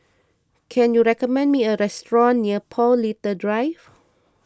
can you recommend me a restaurant near Paul Little Drive